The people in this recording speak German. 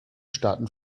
staaten